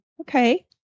Okay